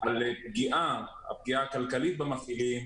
על הפגיעה הכלכלית במפעילים.